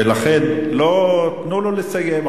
ולכן תנו לו לסיים.